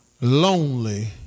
lonely